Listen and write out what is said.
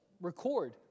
record